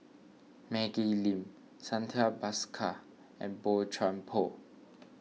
Maggie Lim Santha Bhaskar and Boey Chuan Poh